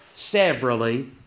severally